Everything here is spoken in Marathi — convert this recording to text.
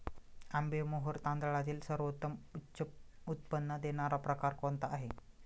आंबेमोहोर तांदळातील सर्वोत्तम उच्च उत्पन्न देणारा प्रकार कोणता आहे?